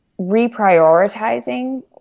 reprioritizing